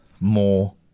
more